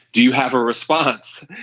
do you have a response.